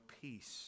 peace